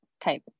type